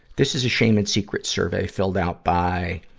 this is a shame and secret survey filled out by,